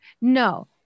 No